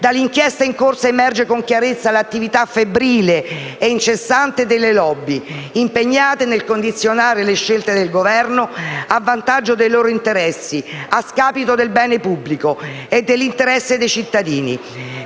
Dall'inchiesta in corso emerge con chiarezza l'attività febbrile e incessante delle *lobby*, impegnate nel condizionare le scelte del Governo a vantaggio dei loro interessi a scapito del bene pubblico e dell'interesse dei cittadini.